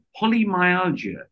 polymyalgia